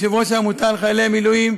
יושב-ראש העמותה לחיילי המילואים,